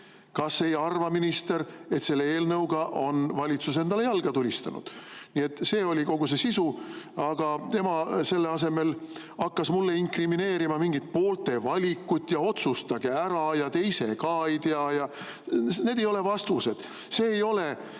ei arva, et selle eelnõuga on valitsus endale jalga tulistanud? Nii et see oli kogu see sisu, aga tema selle asemel hakkas mulle inkrimineerima mingit poolte valikut ja otsustage ära ja te ise ka ei tea – need ei ole vastused. See ei ole